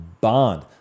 bond